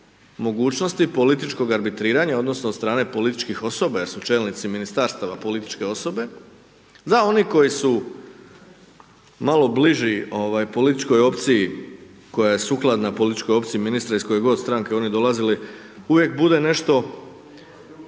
mogućnosti političkog arbitriranja odnosno od strane političkih osoba jer su čelnici Ministarstava političke osobe, da oni koji su malo bliži političkoj opciji, koja je sukladna političkoj opciji ministra iz koje god stranke oni dolazili, uvijek bude nešto,